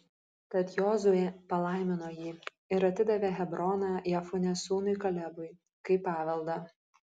tad jozuė palaimino jį ir atidavė hebroną jefunės sūnui kalebui kaip paveldą